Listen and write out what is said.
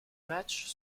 matchs